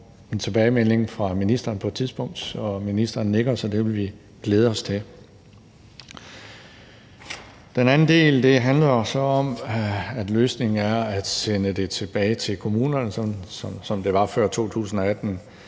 en tilbagemelding fra ministeren på et tidspunkt, og ministeren nikker, så det vil vi glæde os til. Den anden del handler så om, at løsningen er at sende det tilbage til kommunerne, sådan som det var før 2018,